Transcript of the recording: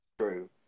true